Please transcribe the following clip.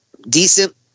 decent